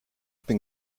bin